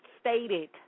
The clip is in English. stated